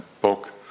book